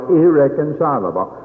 irreconcilable